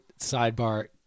sidebar